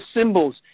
symbols